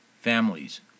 families